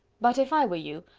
but, if i were you,